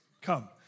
Come